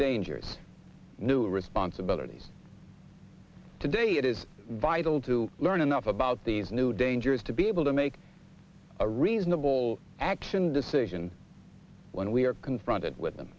dangers new responsibilities today it is vital to learn enough about these new dangers to be able to make a reasonable action decision when we are confronted with them